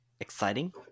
exciting